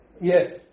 Yes